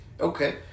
Okay